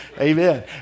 Amen